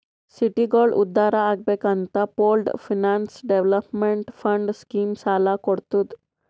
ಸಿಟಿಗೋಳ ಉದ್ಧಾರ್ ಆಗ್ಬೇಕ್ ಅಂತ pooled finance development fund scheme ಸಾಲ ಕೊಡ್ತುದ್